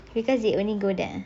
because they only go there